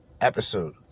episode